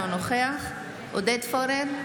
אינו נוכח עודד פורר,